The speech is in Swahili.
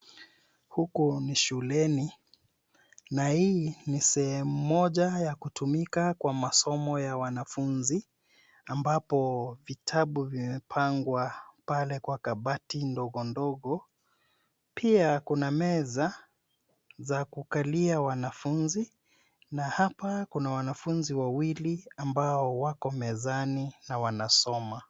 Huku ni shuleni na hii ni sehemu moja ya kutumika kwa masomo ya wanafunzi, ambapo vitabu vimepangwa pale kwa kabati ndogo ndogo. Pia kuna meza za kukalia wanafunzi na hapa kuna wanafunzi wawili ambao wako mezani na wanasoma.